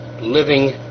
living